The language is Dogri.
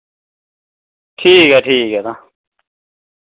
ठीक ऐ ठीक ऐ तां